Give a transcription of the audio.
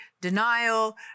denial